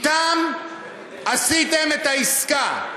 אתם עשיתם את העסקה.